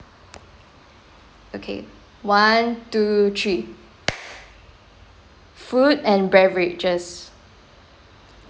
okay one two three food and beverages